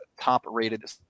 top-rated